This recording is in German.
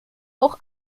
auch